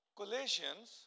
Colossians